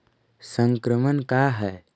संक्रमण का है?